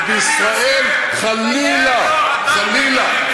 אבל בישראל חלילה, חלילה.